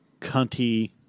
cunty